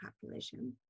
population